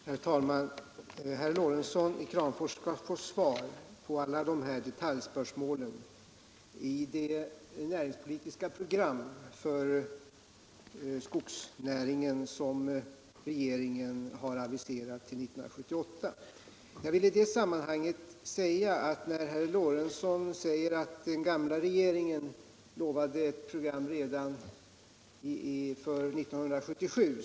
Herr talman! Herr Lorentzon i Kramfors skall få svar på alla de här detaljspörsmålen i det näringspolitiska program för skogsnäringen som regeringen har aviserat till 1978. Herr Lorentzon säger att den gamla regeringen har lovat ett program redan 1977.